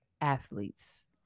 athletes